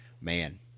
Man